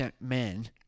men